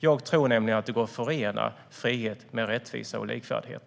Jag tror nämligen att det går att förena frihet med rättvisa och likvärdighet.